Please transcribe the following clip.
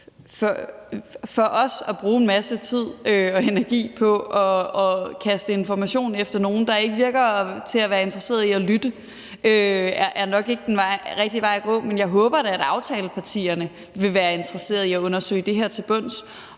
at gå at bruge en masse tid og energi på at kaste information efter nogle, der ikke synes at være interesseret i at lytte. Jeg håber dog, at aftalepartierne vil være interesseret i at undersøge det her til bunds